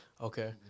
Okay